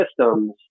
systems